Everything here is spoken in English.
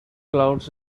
clouds